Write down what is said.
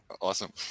awesome